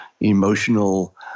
emotional